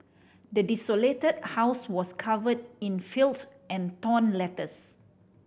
the desolated house was covered in filth and torn letters